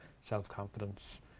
self-confidence